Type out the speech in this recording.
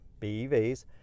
BEVs